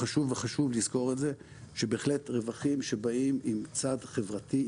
שחשוב לזכור את זה שבהחלט רווחים שבאים עם צד חברתי,